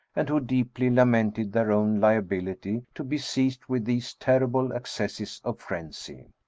and who deeply lamented their own liability to be seized with these terrible accesses of frenzy.